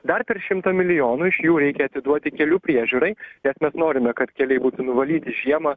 dar per šimtą milijonų iš jų reikia atiduoti kelių priežiūrai bet mes norime kad keliai būtų nuvalyti žiemą